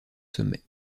sommet